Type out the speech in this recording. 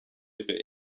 ihre